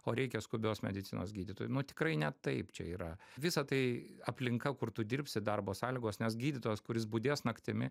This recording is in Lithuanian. o reikia skubios medicinos gydytojų nu tikrai ne taip čia yra visa tai aplinka kur tu dirbsi darbo sąlygos nes gydytojas kuris budės naktimi